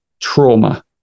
trauma